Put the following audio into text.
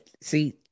See